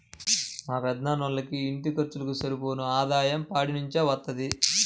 మా పెదనాన్నోళ్ళకి ఇంటి ఖర్చులకు సరిపోను ఆదాయం పాడి నుంచే వత్తది